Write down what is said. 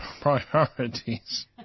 priorities